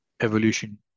evolution